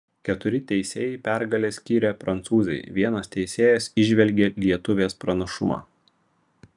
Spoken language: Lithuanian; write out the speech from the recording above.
keturi teisėjai pergalę skyrė prancūzei vienas teisėjas įžvelgė lietuvės pranašumą